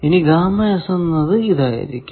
ഇനി എന്നത് ഇതായിരിക്കും